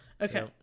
Okay